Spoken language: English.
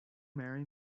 marry